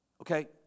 Okay